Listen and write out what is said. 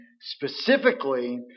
Specifically